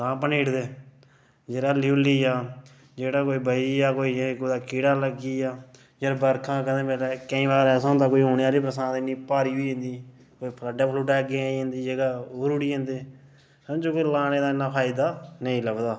तां भन्नी ओड़दे जेकर हल्ली हुल्ली जा जेह्ड़ा कोई बची जा उसी कुतै कीड़ा लगी जा जां बरखा केईं बारी ऐसा होंदा औने आह्ली बरसांत इन्नी भारी होऐ तां कोई फल्ड्ड बगैरा आई जा तां रुड़ी जंदा ऐ समझो लाने दा कोई इन्ना फायदा नेईं लभदा